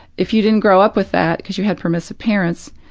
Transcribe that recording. if you didn't grow up with that, because you had permissive parents,